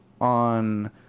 on